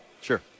Sure